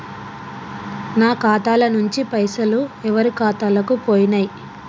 నా ఖాతా ల నుంచి పైసలు ఎవరు ఖాతాలకు పోయినయ్?